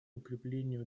укреплению